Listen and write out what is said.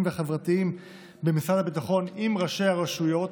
וחברתיים במשרד הביטחון עם ראשי הרשויות,